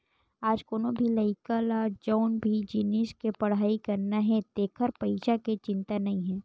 आज कोनो भी लइका ल जउन भी जिनिस के पड़हई करना हे तेखर पइसा के चिंता नइ हे